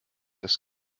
das